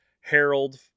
Harold